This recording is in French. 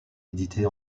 éditées